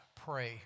pray